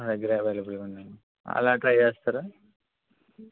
మా దగ్గర అవైలబుల్గా ఉన్నాయి అలా ట్రై చేస్తారా